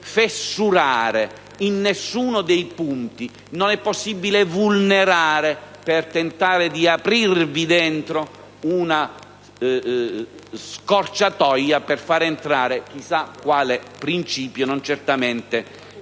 non è possibile fessurare in nessun punto e non è possibile vulnerare per tentare di aprirvi una scorciatoia per far entrare chissà quale principio non certamente